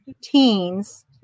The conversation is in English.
teens